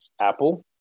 Apple